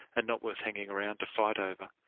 and not worth hanging around to fight over.